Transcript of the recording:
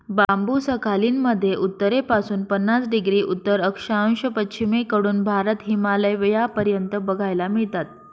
बांबु Sakhalin मध्ये उत्तरेपासून पन्नास डिग्री उत्तर अक्षांश, पश्चिमेकडून भारत, हिमालयापर्यंत बघायला मिळतात